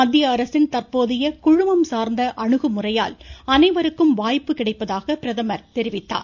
மத்திய அரசின் தற்போதைய குழுமம் சார்ந்த அணுகுமுறையால் அனைவருக்கும் வாய்ப்பு கிடைப்பதாக பிரதமர் தெரிவித்தார்